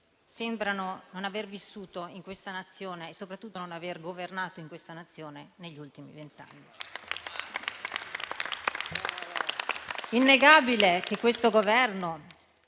sembrano non aver vissuto in questa Nazione e soprattutto non aver in essa governato negli ultimi vent'anni.